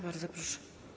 Bardzo proszę.